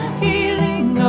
healing